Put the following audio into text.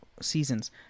Seasons